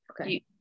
Okay